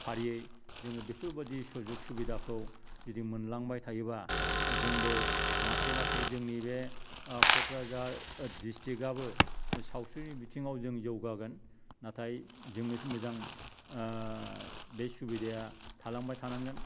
फारियै जोङो बेफोरबादि सुजुग सुबिदाखौ जुदि मोनलांबाय थायोबा जोंबो लासै लासै जोंनि बे क'क्राझार डिचट्रिक्ट आबो सावस्रिनि बिथिङाव जों जौगागोन नाथाय जोंनो मोजां बे सुबिदाया थालांबाय थानांगोन